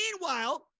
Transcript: Meanwhile